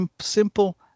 simple